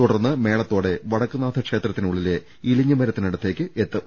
തുടർന്ന് മേള ത്തോടെ വടക്കുംനാഥക്ഷേത്രത്തിനുള്ളിലെ ഇല്ഞ്ഞിമരത്തിനടുത്തേക്ക് എത്തും